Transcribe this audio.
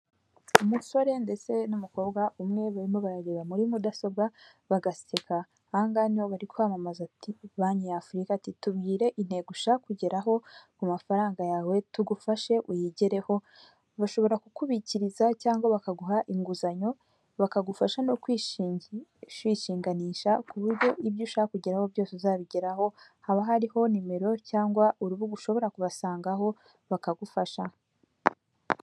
umusore ndetse n'umukobwa umwe barimo barareba muri mudasobwa bagaseka ahangaha niho bari kwamamaza ati: banki ya afurika atitubwire intego yawe ushaka kugeraho ku mafaranga yawe tugufashe uyigereho bashobora kukubikiriza cyangwa bakaguha inguzanyo bakagufasha no kwishinganisha kuburyo ibyo ushaka kugeraho byose uzabigeraho haba hariho nimero cyangwa uruhuga ushobora kubasangaho bakagufasha.